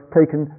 taken